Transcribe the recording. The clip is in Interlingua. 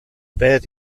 per